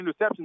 interceptions